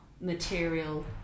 material